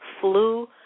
flu